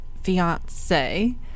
fiance